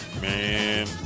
Man